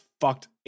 fucked